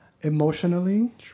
Emotionally